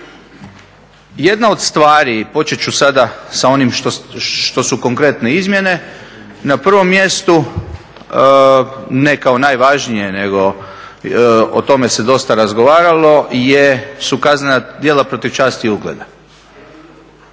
jedna od stvari, počet ću sada sa onim što su konkretne izmjene, na prvom mjestu ne kao najvažnije nego o tome se dosta razgovaralo su kaznena djela protiv časti i ugleda.